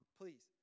please